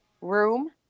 room